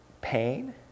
pain